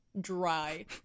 dry